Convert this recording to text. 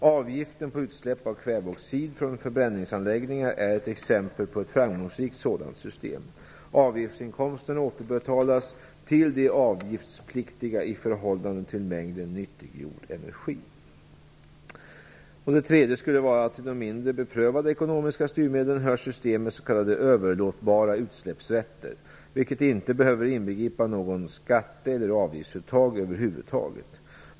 Avgiften på utsläpp av kväveoxid från förbränningsanläggningar är ett exempel på ett framgångsrikt sådant system. Avgiftsinkomsterna återbetalas till de avgiftspliktiga i förhållande till mängden nyttiggjord energi. Till de mindre beprövade ekonomiska styrmedlen hör system med s.k. överlåtbara utsläppsrätter, vilka inte behöver inbegripa något skatte eller avgiftsuttag över huvud taget.